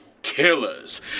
Killers